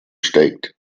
steigt